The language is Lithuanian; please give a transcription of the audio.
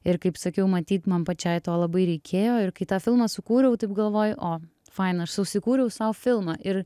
ir kaip sakiau matyt man pačiai to labai reikėjo ir kai tą filmą sukūriau taip galvoju o faina aš susikūriau sau filmą ir